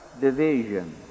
division